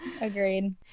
agreed